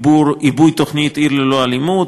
עיבוי תוכנית "עיר ללא אלימות"